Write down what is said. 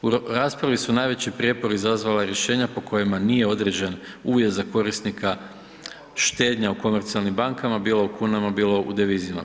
U raspravi su najveći prijepori izazvala rješenja po kojima nije određen uvjet za korisnika štednje u komercijalnim bankama bilo u kunama bilo u devizama.